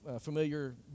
familiar